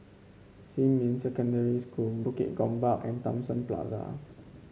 Xinmin Secondary School Bukit Gombak and Thomson Plaza